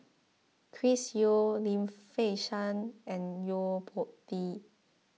Chris Yeo Lim Fei Shen and Yo Po Tee